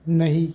नहीं